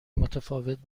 متفاوت